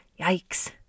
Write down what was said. Yikes